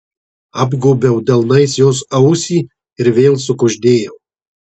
apgobiau delnais jos ausį ir vėl sukuždėjau